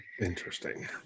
Interesting